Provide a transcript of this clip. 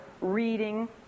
reading